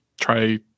try